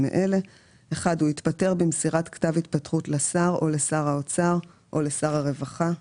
אם הקירבה בין החלפת האפשרות לשחק שוב ושוב היא בתדירות גבוהה יותר.